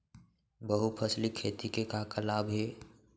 बहुफसली खेती के का का लाभ हे?